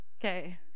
Okay